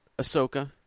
Ahsoka